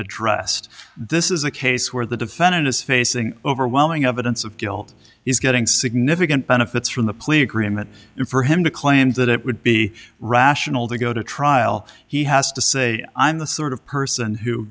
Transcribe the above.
addressed this is a case where the defendant is facing overwhelming evidence of guilt he's getting significant benefits from the plea agreement for him to claim that it would be rational to go to trial he has to say i'm the sort of person who